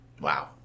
Wow